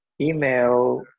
email